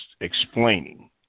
explaining